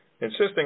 insisting